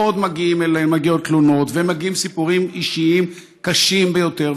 מגיעות אליי תלונות ומגיעים סיפורים אישיים קשים ביותר.